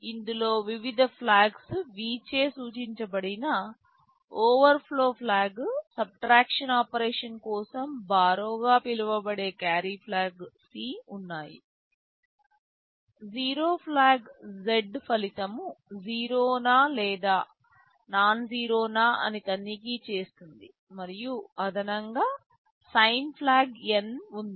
ఇందులో వివిధ flags V చే సూచించబడిన ఓవర్ఫ్లో ఫ్లాగ్ సబ్ట్రాక్షన్ ఆపరేషన్ కోసం బార్రో గా పిలవబడే క్యారీ ఫ్లాగ్ C ఉన్నాయి జీరో ఫ్లాగ్ Z ఫలితం జీరోనా లేదా నాన్జెరో నా అని ఇది తనిఖీ చేస్తుంది మరియు అదనంగా సైన్ ఫ్లాగ్ N ఉంది